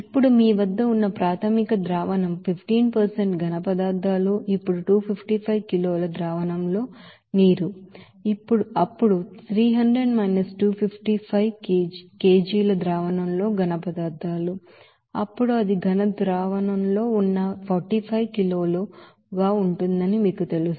ఇప్పుడు మీ వద్ద ఉన్న ఇనీషియల్ సొల్యూషన్ 15 సాలీడ్స్ ఇప్పుడు 255 కిలోల సొల్యూషన్ లో నీరు అప్పుడు 300 255 kgల సొల్యూషన్ లో సాలీడ్స్ అప్పుడు అది సాలీడ్ సొల్యూషన్ లో ఉన్న 45 కిలోలు ఉంటుందని మీకు తెలుసు